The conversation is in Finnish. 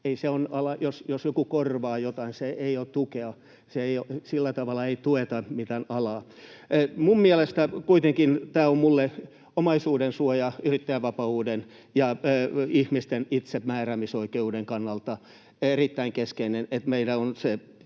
Jos joku korvaa jotain, se ei ole tukea. Sillä tavalla ei tueta mitään alaa. Minulle on kuitenkin omaisuudensuojan, yrittäjän vapauden ja ihmisten itsemääräämisoikeuden kannalta erittäin keskeistä, että meillä on